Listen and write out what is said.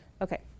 Okay